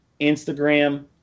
Instagram